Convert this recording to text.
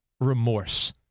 remorse